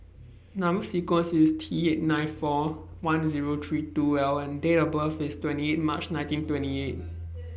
Number sequence IS T eight nine four one Zero three two L and Date of birth IS twenty eight March nineteen twenty eight